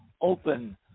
open